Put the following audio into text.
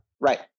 Right